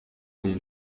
اون